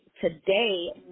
today